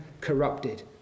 corrupted